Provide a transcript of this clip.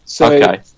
Okay